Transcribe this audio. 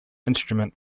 instrument